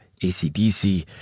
ACDC